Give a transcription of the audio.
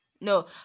No